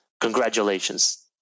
Congratulations